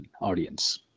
audience